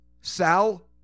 Sal